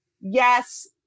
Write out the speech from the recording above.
Yes